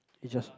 it just